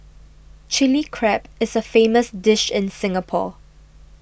Chilli Crab is a famous dish in Singapore